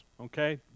Okay